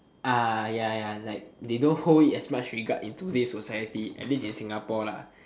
ya ya like they don't hold it as much regard in today's society at least to Singapore lah